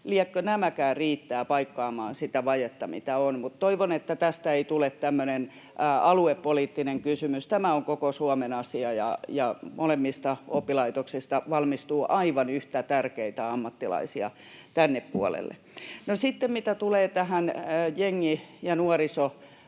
Liekö nämäkään riittää paikkaamaan sitä vajetta, mikä on, mutta toivon, että tästä ei tule tämmöinen aluepoliittinen kysymys. Tämä on koko Suomen asia, ja molemmista oppilaitoksista valmistuu aivan yhtä tärkeitä ammattilaisia tänne puolelle. No, sitten mitä tulee tähän jengi- ja nuorisoväkivaltaan